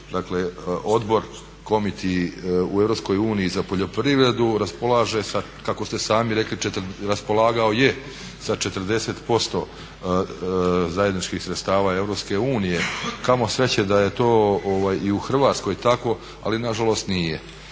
kako ste sami rekli, raspolagao je sa 40% zajedničkih sredstava EU. Kamo sreće da je to i u Hrvatskoj tako, ali na žalost nije.